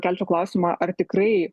kelsiu klausimą ar tikrai